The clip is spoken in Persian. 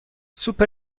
سوپ